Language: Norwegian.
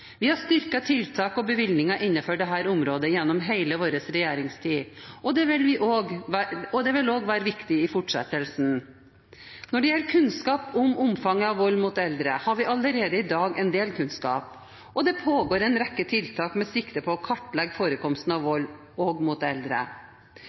Vi har styrket tiltak og bevilgninger innenfor dette området gjennom hele vår regjeringstid, og det vil også være viktig i fortsettelsen. Når det gjelder kunnskap om omfanget av vold mot eldre, har vi allerede i dag en del kunnskap, og det pågår en rekke tiltak med sikte på å kartlegge forekomst av